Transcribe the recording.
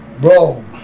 Bro